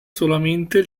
solamente